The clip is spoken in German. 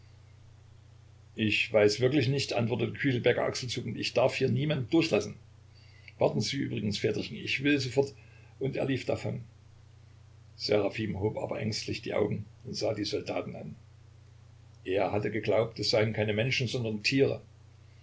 ich weiß wirklich nicht antwortete küchelbäcker achselzuckend ich darf hier niemand durchlassen warten sie übrigens väterchen ich will sofort und er lief davon seraphim hob aber ängstlich die augen und sah die soldaten an er hatte geglaubt es seien keine menschen sondern tiere